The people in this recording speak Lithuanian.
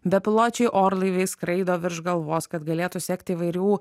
bepiločiai orlaiviai skraido virš galvos kad galėtų sekti įvairių